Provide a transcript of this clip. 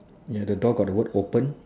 ya the door got the word open